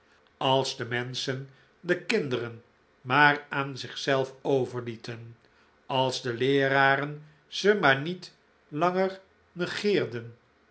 als de menschen de kinderen maar aan zichzelf overlieten als de leeraren ze maar niet langer negerden